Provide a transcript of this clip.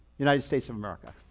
united states of america.